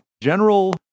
general